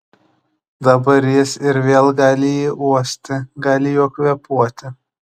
dabar jis ir vėl gali jį uosti gali juo kvėpuoti